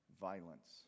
violence